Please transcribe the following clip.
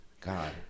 God